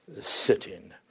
sitting